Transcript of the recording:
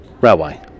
railway